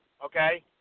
Okay